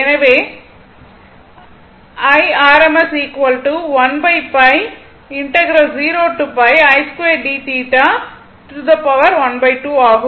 எனவே ஆகும்